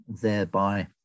thereby